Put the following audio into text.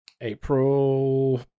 April